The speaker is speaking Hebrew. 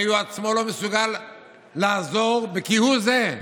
הרי הוא עצמו לא מסוגל לעזור כהוא זה.